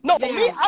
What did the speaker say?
no